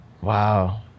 Wow